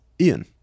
Ian